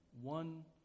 one